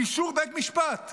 באישור בית משפט,